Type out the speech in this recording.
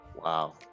Wow